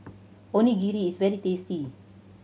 onigiri is very tasty